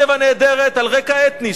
שמורת טבע נהדרת על רקע אתני,